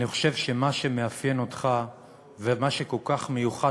אני חושב שמה שמאפיין אותך ומה שכל כך מיוחד,